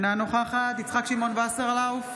אינה נוכחת יצחק שמעון וסרלאוף,